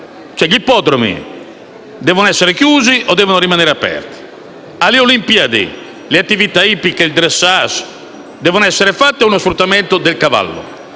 Gli ippodromi devono essere chiusi o devono rimanere aperti? Alle olimpiadi le attività ippiche, il *dressage* devono essere fatti o è sfruttamento del cavallo?